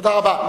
תודה רבה.